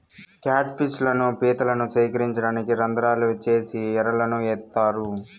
cat fish లను, పీతలను సేకరించడానికి రంద్రాలు చేసి ఎరలను ఏత్తారు